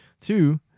two